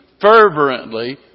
fervently